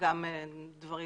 וגם דברים